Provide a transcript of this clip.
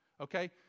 okay